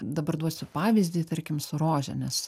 dabar duosiu pavyzdį tarkim su rože nes